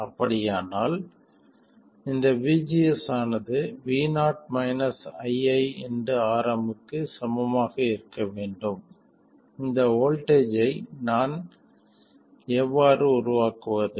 அப்படியானால் இந்த vgs ஆனது vo iiRm க்கு சமமாக இருக்க வேண்டும் இந்த வோல்ட்டேஜ் ஐ நான் எவ்வாறு உருவாக்குவது